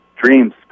dreams